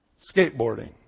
Skateboarding